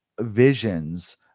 visions